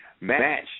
match